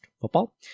football